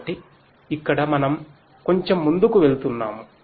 కాబట్టి ఇక్కడ మనం కొంచెం ముందుకు వెళ్తున్నాము